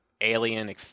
alien